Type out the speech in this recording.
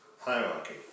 hierarchy